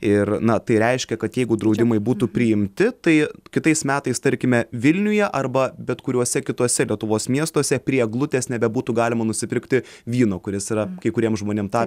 ir na tai reiškia kad jeigu draudimai būtų priimti tai kitais metais tarkime vilniuje arba bet kuriuose kituose lietuvos miestuose prie eglutės nebebūtų galima nusipirkti vyno kuris yra kai kuriem žmonėm ta